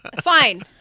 Fine